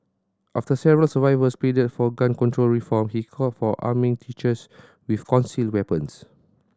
after several survivors pleaded for gun control reform he called for arming teachers with concealed weapons